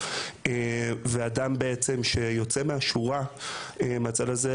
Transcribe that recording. ואדם שבעצם ״יוצא מהשורה״ מן הצד הזה,